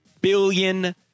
billion